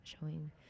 showing